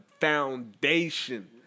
foundation